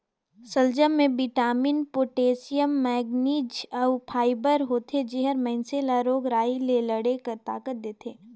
सलजम में vitamin, potassium, manganese अउ फाइबर होथे जेहर मइनसे ल रोग राई ले लड़े कर ताकत देथे